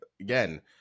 again